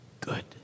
good